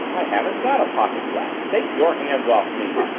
i haven't got a pocket-flash take your hands off me!